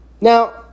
Now